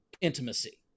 intimacy